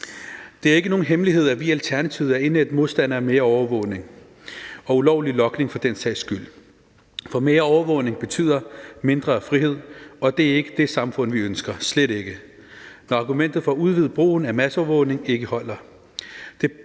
Det er ikke nogen hemmelighed, at vi i Alternativet er indædte modstandere af mere overvågning og ulovlig logning for den sags skyld, for mere overvågning betyder mindre frihed, og det er ikke det samfund, vi ønsker – slet ikke. Argumentet for udvidet brug af masseovervågning holder